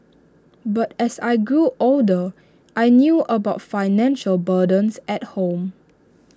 but as I grew older I knew about financial burdens at home